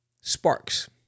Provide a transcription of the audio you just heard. sparks